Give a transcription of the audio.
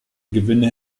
gewinne